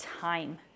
time